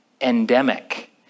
endemic